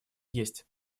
есть